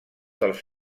dels